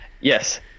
yes